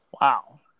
Wow